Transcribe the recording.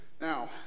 Now